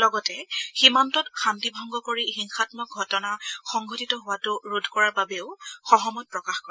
লগতে সীমান্তত শান্তি ভংগ কৰি হিংসাম্মক ঘটনা সংঘটিত হোৱাটো ৰোধ কৰাৰ বাবেও সহমত প্ৰকাশ কৰে